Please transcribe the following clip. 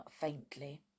faintly